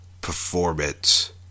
performance